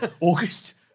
August